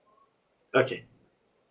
okay